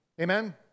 amen